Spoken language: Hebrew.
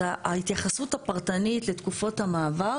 אז ההתייחסות הפרטנית לתקופות המעבר